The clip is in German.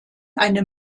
eine